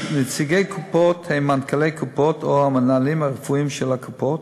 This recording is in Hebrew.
נציגי הקופות הם מנכ"לי קופות או המנהלים הרפואיים של הקופות.